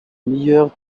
meilleur